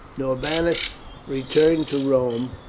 norbanus returned to rome,